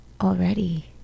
already